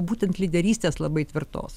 būtent lyderystės labai tvirtos